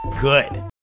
Good